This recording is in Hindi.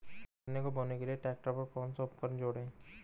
गन्ने को बोने के लिये ट्रैक्टर पर कौन सा उपकरण जोड़ें?